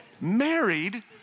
married